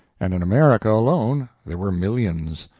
and in america alone there were millions.